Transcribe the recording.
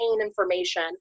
information